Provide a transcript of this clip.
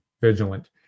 vigilant